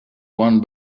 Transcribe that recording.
won